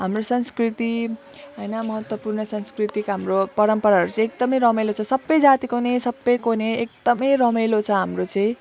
हाम्रो संस्कृति होइन महत्त्वपूर्ण सांस्कृतिक हाम्रो परम्पराहरू चाहिँ एकदम रमाइलो छ सबै जातिको नै सबैको नै एकदम रमाइलो छ हाम्रो चाहिँ